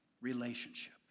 relationship